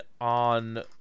on